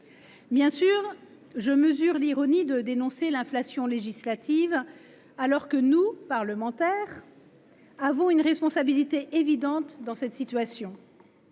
Bien sûr, je mesure l’ironie qu’il y a à dénoncer l’inflation législative alors que nous, parlementaires, endossons une responsabilité évidente dans cette situation.